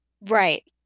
Right